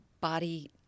body